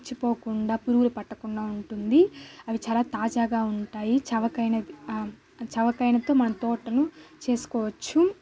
పుచ్చిపోకుండా పురుగు పట్టకుండా ఉంటుంది అవి చాలా తాజాగా ఉంటాయి చవకైన చవకైనతో మన తోటను చేసుకోవచ్చు